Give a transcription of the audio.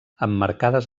emmarcades